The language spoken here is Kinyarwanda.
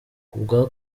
kubwa